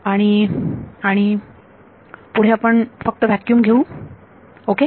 आणि आणि पुढे आपण फक्त व्हॅक्युम घेऊ ओके